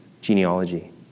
genealogy